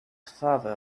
farther